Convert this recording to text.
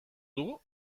dugu